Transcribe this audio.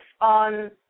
on